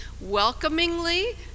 welcomingly